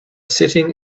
sitting